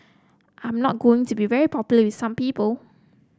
I'm not going to be very popular with some people